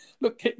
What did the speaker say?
look